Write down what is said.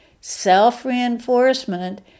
self-reinforcement